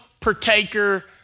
partaker